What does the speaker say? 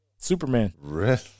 Superman